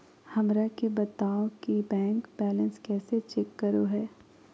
हमरा के बताओ कि बैंक बैलेंस कैसे चेक करो है?